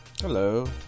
Hello